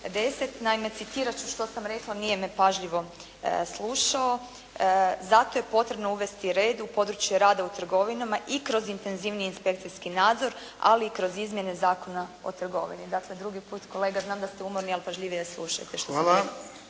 i 210. naime, citirat ću što sam rekla, nije me pažljivo slušao za to je potrebno unijeti red u područje rada u trgovinama i kroz intenzivniji inspekcijski nadzor, ali i kroz izmjene Zakona o trgovini. Dakle, drugi put kolega znam da ste umorni ali pažljivije slušajte što sam rekla.